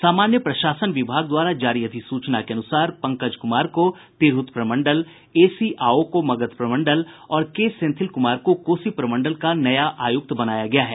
सामान्य प्रशासन विभाग द्वारा जारी अधिसूचना के अनुसार पंकज कुमार को तिरहुत प्रमंडल एसी आओ को मगध प्रमंडल और के सेंथिल कुमार को कोसी प्रमंडल का नया आयुक्त बनाया गया है